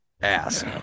ass